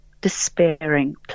despairing